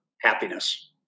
happiness